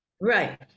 Right